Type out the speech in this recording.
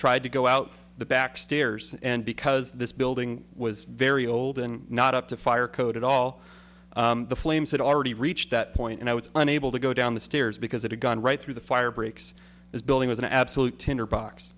tried to go out the back stairs and because this building was very old and not up to fire code at all the flames had already reached that point and i was unable to go down the stairs because it had gone right through the fire breaks as building was an absolute tinderbox